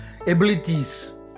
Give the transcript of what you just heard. abilities